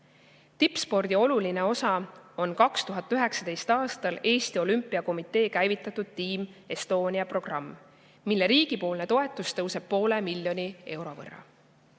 Tippspordi oluline osa on 2019. aastal Eesti Olümpiakomitee käivitatud Team Estonia programm, mille riigipoolne toetus tõuseb poole miljoni euro võrra.